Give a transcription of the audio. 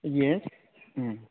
इयेस उम